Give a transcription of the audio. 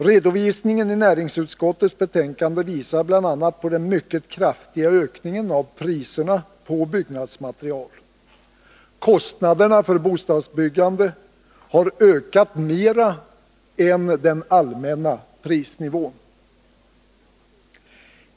Redovisningen i näringsutskottets betänkande visar bl.a. på den mycket kraftiga ökningen av priserna på byggnadsmaterial. Kostnaderna för bostadsbyggande har ökat mera än den allmänna prisnivån.